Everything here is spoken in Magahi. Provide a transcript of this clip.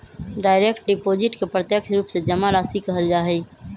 डायरेक्ट डिपोजिट के प्रत्यक्ष रूप से जमा राशि कहल जा हई